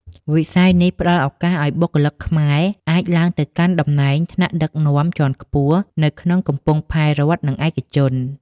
វិស័យនេះផ្តល់ឱកាសឱ្យបុគ្គលិកខ្មែរអាចឡើងទៅកាន់តំណែងថ្នាក់ដឹកនាំជាន់ខ្ពស់នៅក្នុងកំពង់ផែរដ្ឋ និងឯកជន។